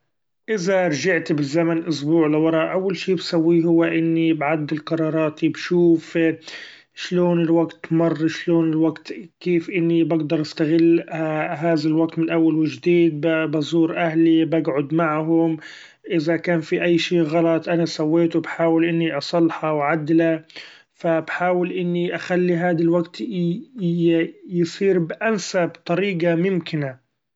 إذا رچعت بالزمن اسبوع لورا ، أول شي بسويه هو إني بعدل قراراتي بشوف اشلون الوقت مر اشلون الوقت كيف إني بقدر استغل هذا الوقت من أول وچديد ، بزور اهلي بقعد معهم إذا كان في أي شيئ غلط أنا سويته بحأول إني اصلحه واعدله فبحأول إني اخلي هذا الوقت ‹ hesitate › يصير بأنسب طريقة ممكنة.